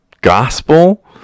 gospel